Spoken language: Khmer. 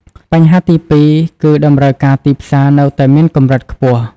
បញ្ហាទីពីរគឺ តម្រូវការទីផ្សារនៅតែមានកម្រិតខ្ពស់។